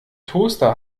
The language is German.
toaster